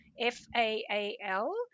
F-A-A-L